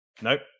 Nope